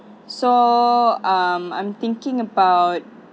so um I'm thinking about